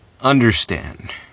understand